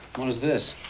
what is this?